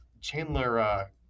Chandler –